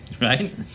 right